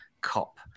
cop